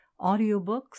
audiobooks